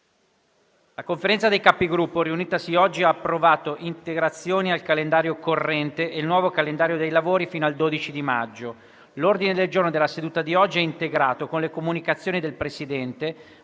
La Conferenza dei Capigruppo, riunitasi oggi, ha approvato integrazioni al calendario corrente e il nuovo calendario dei lavori fino al 12 maggio. L'ordine del giorno della seduta di oggi è integrato con le comunicazioni del Presidente,